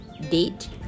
date